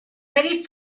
ready